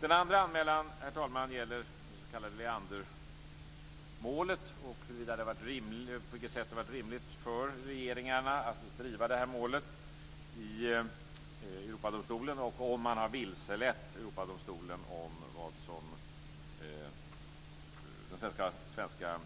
Den andra anmälan, herr talman, gäller alltså det s.k. Leandermålet. Det handlar om på vilket sätt det har varit rimligt för regeringarna att driva det här målet i Europadomstolen och om man vilselett Europadomstolen när det gäller vad de svenska